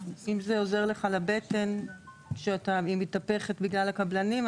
אם זה עוזר לך לבטן שמתהפכת בגלל הקבלנים,